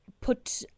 put